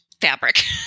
fabric